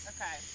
Okay